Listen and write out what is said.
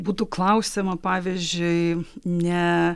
būtų klausiama pavyzdžiui ne